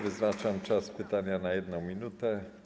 Wyznaczam czas pytania na 1 minutę.